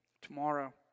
Tomorrow